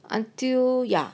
until ya